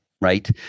right